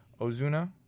Ozuna